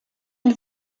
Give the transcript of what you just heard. une